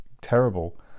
terrible